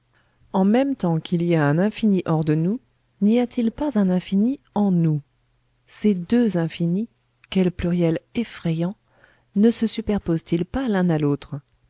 en même temps qu'il y a un infini hors de nous n'y a-t-il pas un infini en nous ces deux infinis quel pluriel effrayant ne se superposent ils pas l'un à l'autre